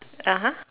(uh huh)